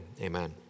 amen